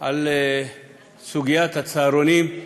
על סוגיית הצהרונים,